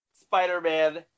Spider-Man